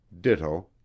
ditto